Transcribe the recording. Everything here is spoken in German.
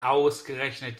ausgerechnet